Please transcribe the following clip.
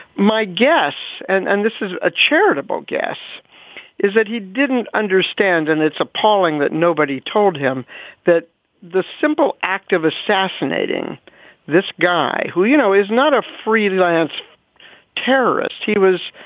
my guess and and this is a charitable guess is that he didn't understand. and it's appalling that nobody told him that the simple act of assassinating this guy who, you know, is not a freelance terrorist, he was,